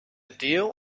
deal